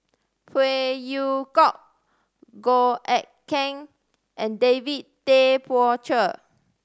Phey Yew Kok Goh Eck Kheng and David Tay Poey Cher